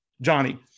Johnny